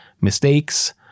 mistakes